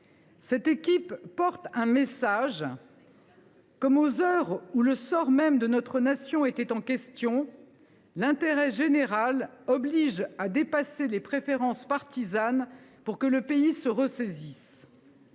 Cette équipe porte un message : comme aux heures où le sort même de notre nation était en question, l’intérêt général oblige à dépasser les préférences partisanes, pour que le pays se ressaisisse.